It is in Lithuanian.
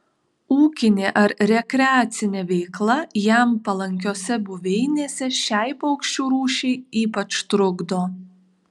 ūkinė ar rekreacinė veikla jam palankiose buveinėse šiai paukščių rūšiai ypač trukdo